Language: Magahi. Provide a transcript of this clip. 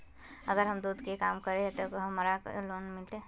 अगर हम दूध के काम करे है ते हमरा लोन मिलते?